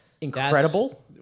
Incredible